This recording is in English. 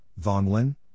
Vonglin